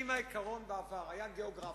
העיקרון בעבר היה גיאוגרפי,